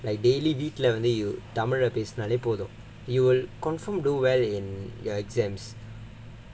like daily வீட்ல வந்து தமிழ்ல பேசுனாலே போதும்:veetla vandhu tamila pesunaalae podhum you will confirm do well in your exams